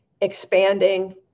expanding